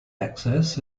access